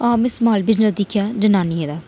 नमस्कार में अंकु रियासी डिस्ट्रिक